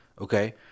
Okay